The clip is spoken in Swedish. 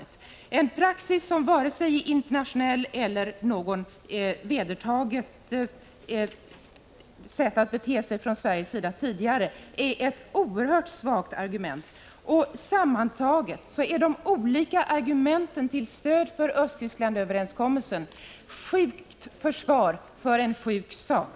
Att tala om en internationell praxis, när den varken är internationell eller utgör något tidigare vedertaget sätt att bete sig från Sveriges sida är ett oerhört svagt argument. Sammantaget är de olika argumenten till stöd för Östtysklandöverenskommelsen ett sjukt försvar för en sjuk sak.